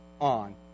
on